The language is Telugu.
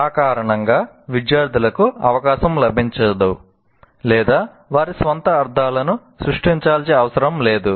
ఆ కారణంగా విద్యార్థులకు అవకాశం లభించదు లేదా వారి స్వంత అర్థాలను సృష్టించాల్సిన అవసరం లేదు